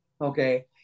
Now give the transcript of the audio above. okay